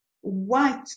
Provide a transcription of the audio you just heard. white